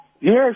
yes